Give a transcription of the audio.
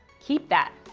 keep that.